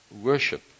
worship